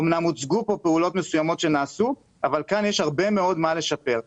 אמנם הוצגו כאן פעולות מסוימות שנעשו אבל כאן יש הרבה מאוד מה לשפר.